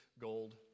gold